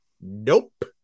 Nope